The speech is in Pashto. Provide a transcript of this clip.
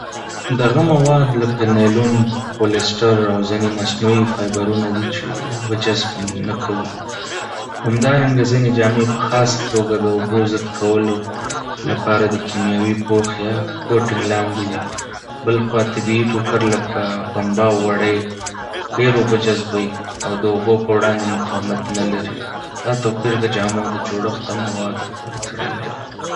دغه مواد لکه نایلون، پولیستر، او ځینې مصنوعي فایبرونه دي چې اوبه جذب نه کوي. همدارنګه، ځینې جامې په خاصه توګه د اوبو ضد کولو لپاره د کیمیاوي پوښ یا کوټینګ لاندې وي. بلخوا، طبیعي ټوکر لکه پنبه او وړۍ ډېر اوبه جذبوي او د اوبو په وړاندې مقاومت نه لري. دا توپیر د جامو د جوړښت او موادو پورې تړلی دی.